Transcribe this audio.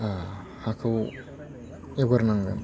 हाखौ एवगोर नांगोन